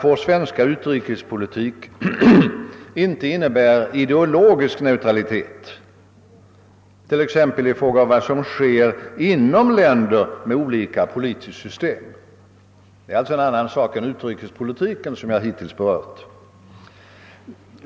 Vår svenska utrikespolitik innebär ju inte någon ideologisk neutralitet, t.ex. i fråga om vad som sker inom länder med olika politiskt system. Detta är en annan sak än den utrikespolitik som jag hittills berört.